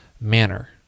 manner